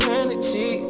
energy